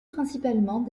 principalement